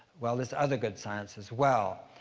well, there's other good science as well,